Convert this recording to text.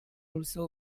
also